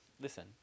Listen